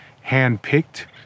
hand-picked